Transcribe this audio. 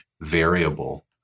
variable